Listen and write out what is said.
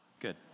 Good